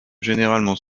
généralement